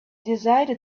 decided